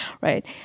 right